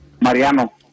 Mariano